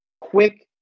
quick